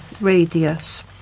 radius